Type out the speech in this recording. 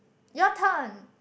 your turn